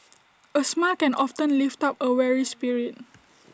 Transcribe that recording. A smile can often lift up A weary spirit